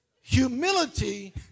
Humility